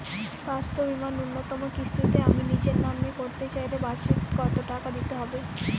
স্বাস্থ্য বীমার ন্যুনতম কিস্তিতে আমি নিজের নামে করতে চাইলে বার্ষিক কত টাকা দিতে হবে?